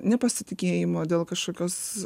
nepasitikėjimo dėl kažkokios